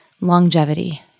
longevity